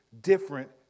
different